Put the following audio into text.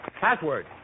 password